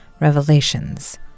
revelations